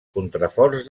contraforts